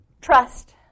trust